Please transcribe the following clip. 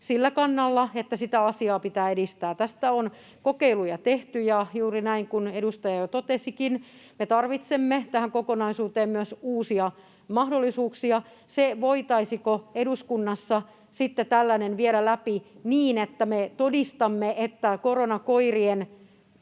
sillä kannalla, että sitä asiaa pitää edistää. Tästä on kokeiluja tehty, ja juuri näin kuin edustaja jo totesikin, me tarvitsemme tähän kokonaisuuteen myös uusia mahdollisuuksia. Voitaisiinko eduskunnassa sitten tällainen viedä läpi niin, että me todistamme, että koronakoirien